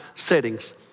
settings